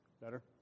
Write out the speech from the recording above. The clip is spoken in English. Better